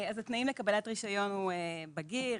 אז התנאים לקבלת רישיון הוא בגיר,